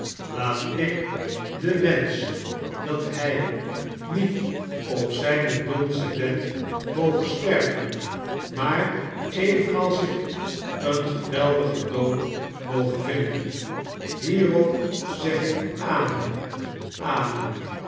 laat ik den wensch dat hij niet op zijn donzen bed moge sterven maar evenals ik een geweldigen dood moge vinden hierop zeg ik amen amen